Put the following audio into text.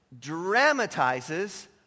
dramatizes